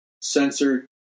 censored